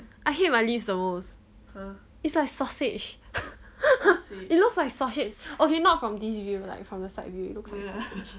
I hate my lips the most it's like sausage it looks like sausage okay not from this view like from the side view it looks like sausage